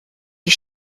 die